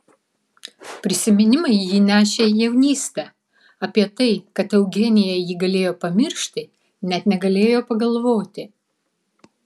prisiminimai jį nešė į jaunystę apie tai kad eugenija jį galėjo pamiršti net negalėjo pagalvoti